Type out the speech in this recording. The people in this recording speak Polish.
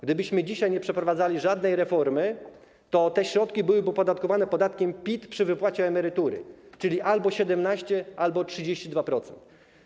Gdybyśmy dzisiaj nie przeprowadzali żadnej reformy, to te środki byłyby opodatkowane podatkiem PIT przy wypłacie emerytury, czyli 17% albo 32%.